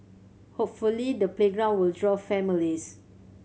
hopefully the playground will draw families